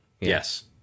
Yes